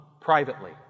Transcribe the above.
privately